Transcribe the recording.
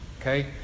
Okay